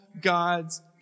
God's